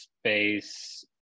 space